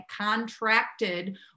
contracted